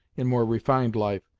in more refined life,